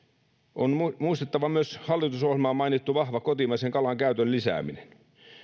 on muistettava myös hallitusohjelmassa mainittu kotimaisen kalan käytön vahva lisääminen